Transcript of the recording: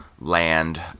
Land